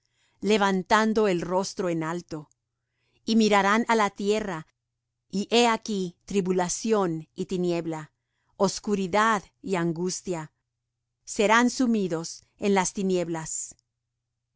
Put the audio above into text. levantando el rostro en alto y mirarán á la tierra y he aquí tribulación y tiniebla oscuridad y angustia y serán sumidos en las tinieblas